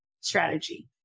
strategy